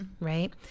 Right